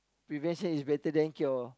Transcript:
prevention is better than cure